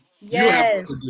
Yes